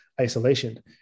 isolation